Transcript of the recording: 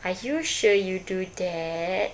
are you sure you do that